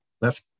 left